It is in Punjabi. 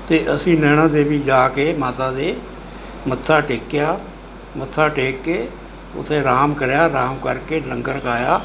ਅਤੇ ਅਸੀਂ ਨੈਣਾ ਦੇਵੀ ਜਾ ਕੇ ਮਾਤਾ ਦੇ ਮੱਥਾ ਟੇਕਿਆ ਮੱਥਾ ਟੇਕ ਕੇ ਉੱਥੇ ਆਰਾਮ ਕਰਿਆ ਆਰਾਮ ਕਰਕੇ ਲੰਗਰ ਖਾਇਆ